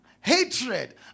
hatred